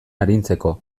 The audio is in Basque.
arintzeko